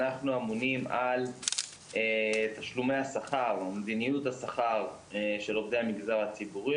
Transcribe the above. אנחנו אמונים על תשלומי השכר או מדיניות השכר של עובדי המגזר הציבורי